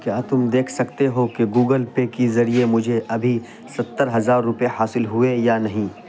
کیا تم دیکھ سکتے ہو کہ گوگل پے کی ذریعے مجھے ابھی ستر ہزار روپے حاصل ہوئے یا نہیں